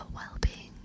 well-being